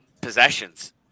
possessions